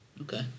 okay